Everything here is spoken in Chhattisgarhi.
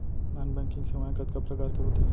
नॉन बैंकिंग सेवाएं कतका प्रकार के होथे